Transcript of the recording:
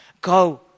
Go